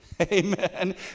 Amen